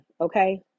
okay